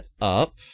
up